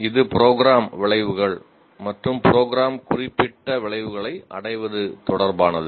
இது ப்ரோக்ராம் விளைவுகள் மற்றும் ப்ரோக்ராம் குறிப்பிட்ட விளைவுகளை அடைவது தொடர்பானது